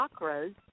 Chakras